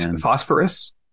phosphorus